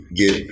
get